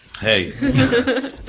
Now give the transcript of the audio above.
Hey